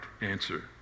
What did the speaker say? answer